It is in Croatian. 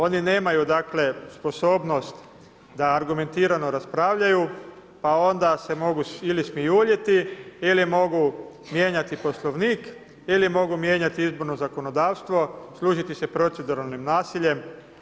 Oni nemaju dakle sposobnost da argumentirano raspravljaju, pa onda se mogu ili smijuljiti ili mogu mijenjati Poslovnik ili mogu mijenjati izborno zakonodavstvo, služiti se proceduralnim nasiljem.